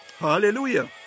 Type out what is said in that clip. hallelujah